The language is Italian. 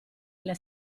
alle